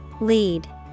Lead